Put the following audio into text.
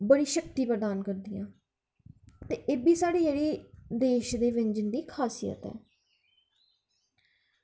बड़ी शक्ति प्रदान करदियां ते एह्बी साढ़ी जेह्ड़ी देश दी जेह्ड़ी खासियत ऐ